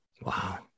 Wow